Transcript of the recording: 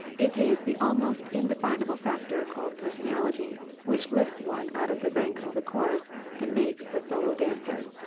it is the almost indefinable factor called personality which lifts one out of the ranks of the chorus and makes the solo dancer.